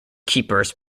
keepers